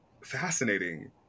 Fascinating